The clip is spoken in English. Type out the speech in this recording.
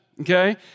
okay